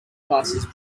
passes